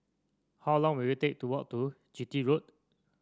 how long will it take to walk to Chitty Road